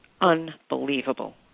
unbelievable